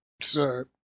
sir